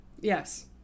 Yes